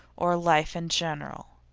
or life in general.